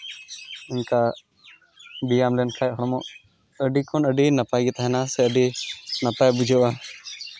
ᱚᱱᱠᱟ ᱵᱮᱭᱟᱢ ᱞᱮᱱᱠᱷᱟᱡ ᱦᱚᱸ ᱟᱹᱰᱤ ᱠᱷᱚᱱ ᱟᱹᱰᱤ ᱱᱟᱯᱟᱭ ᱜᱮ ᱛᱟᱦᱮᱱᱟ ᱥᱮ ᱟᱹᱰᱤ ᱱᱟᱯᱟᱭ ᱵᱩᱡᱷᱟᱹᱜᱼᱟ